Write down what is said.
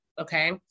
okay